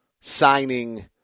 signing